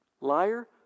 Liar